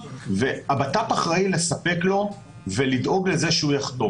והבט"פ אחראי לספק לו ולדאוג לזה שהוא יחתום.